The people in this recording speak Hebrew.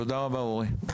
תודה רבה אורי.